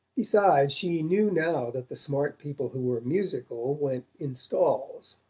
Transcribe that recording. besides, she knew now that the smart people who were musical went in stalls.